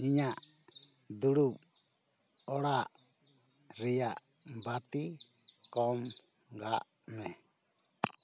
ᱤᱧᱟᱜ ᱫᱩᱲᱩᱵ ᱚᱲᱟᱜ ᱨᱮᱭᱟᱜ ᱵᱟᱛᱤ ᱠᱚᱢ ᱜᱟᱜ ᱢᱮ